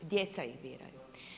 Djeca ih biraju.